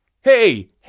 Hey